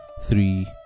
Three